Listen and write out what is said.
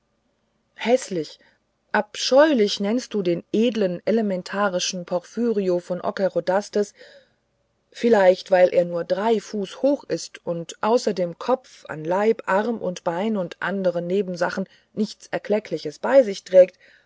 häßlich abscheulich nennst du den edlen elementarischen porphyrio von ockerodastes vielleicht weil er nur drei fuß hoch ist und außer dem kopf an leib arm und bein und anderen nebensachen nichts erkleckliches mit sich trägt